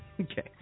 Okay